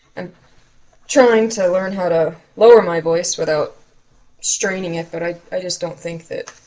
i'm trying to learn how to lower my voice without straining it but i i just don't think that